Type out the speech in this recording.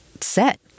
set